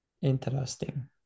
Interesting